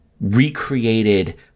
recreated